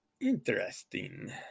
Interesting